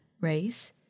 race